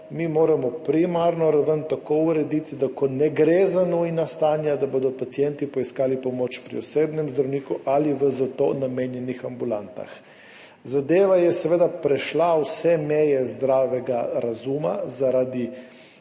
mi moramo primarno raven urediti tako, da bodo, ko ne gre za nujna stanja, pacienti poiskali pomoč pri osebnem zdravniku ali v temu namenjenih ambulantah. Zadeva je seveda prešla vse meje zdravega razuma zaradi